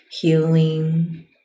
healing